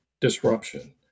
disruption